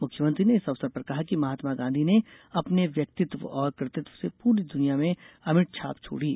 मुख्यमंत्री ने इस अवसर पर कहा कि महात्मा गांधी ने अपने व्यक्तित्व और कृतित्व से पूरी दुनिया में अमिट छाप छोड़ी